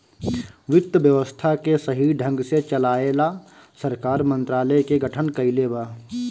वित्त व्यवस्था के सही ढंग से चलाये ला सरकार मंत्रालय के गठन कइले बा